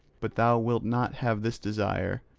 but thou wilt not have this desire,